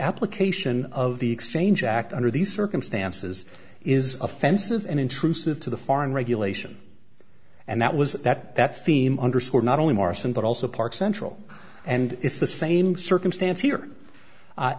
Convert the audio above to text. application of the exchange act under these circumstances is offensive and intrusive to the foreign regulation and that was that that theme underscored not only morrison but also park central and it's the same circumstance here